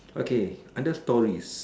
okay under stories